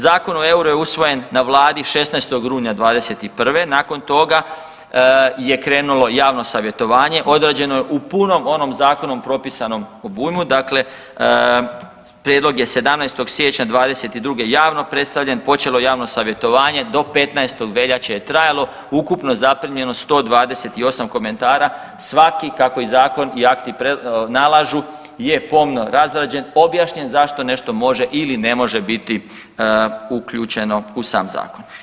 Zakon o euru je usvojen na vladi 16. rujna '21., nakon toga je krenulo javno savjetovanje, odrađeno je u punom onom zakonom propisanom obujmu, dakle prijedlog je 17. siječnja '22. javno predstavljen, počelo je javno savjetovanje, do 15. veljače je trajalo, ukupno zaprimljeno 128 komentara, svaki kako i zakon i akti nalažu je pomno razrađen i objašnjen zašto nešto može ili ne može biti uključeno u sam zakon.